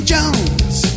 Jones